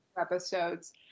episodes